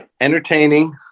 entertaining